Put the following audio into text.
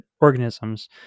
organisms